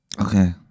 Okay